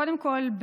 קודם כול,